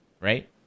right